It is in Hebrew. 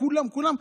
כולם כולם,